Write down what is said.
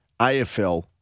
AFL